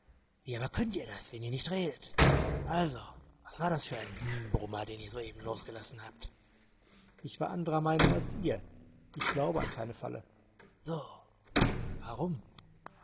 wie aber könnt ihr das wenn ihr nicht redet also was war das für ein hm brummer den ihr soeben losgelassen habt ich war anderer meinung als ihr ich glaube an keine falle so warum